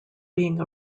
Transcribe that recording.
being